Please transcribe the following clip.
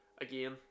again